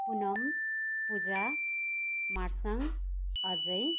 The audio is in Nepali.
पुनम पूजा मार्साङ अजय